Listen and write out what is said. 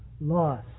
loss